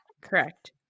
Correct